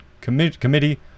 committee